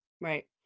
Right